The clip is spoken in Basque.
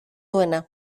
duena